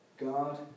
God